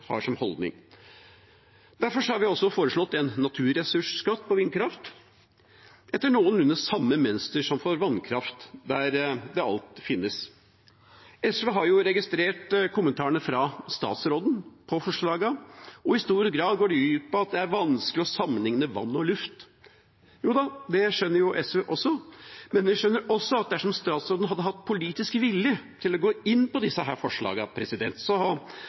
har som holdning. Derfor har vi også foreslått en naturressursskatt på vindkraft etter noenlunde samme mønster som for vannkraft, der det alt finnes. SV har registrert kommentarene fra statsråden til forslagene. I stor grad går de ut på at det er vanskelig å sammenligne vann og luft. Joda, det skjønner SV også. Men vi skjønner også at dersom statsråden hadde hatt politisk vilje til å gå inn på disse